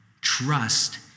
trust